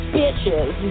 Bitches